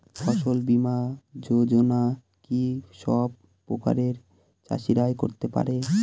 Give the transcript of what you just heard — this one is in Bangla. ফসল বীমা যোজনা কি সব প্রকারের চাষীরাই করতে পরে?